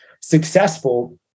successful